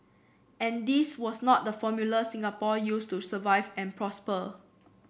and this was not the formula Singapore used to survive and prosper